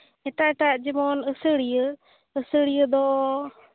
ᱮᱴᱟᱜ ᱮᱴᱟᱜ ᱡᱮᱢᱚᱱ ᱟᱹᱥᱟᱹᱲᱤᱭᱟᱹ ᱟᱹᱥᱟᱹᱲᱤᱭᱟᱹ ᱫᱚ